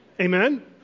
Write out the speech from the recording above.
Amen